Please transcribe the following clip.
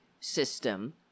system